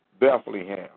Bethlehem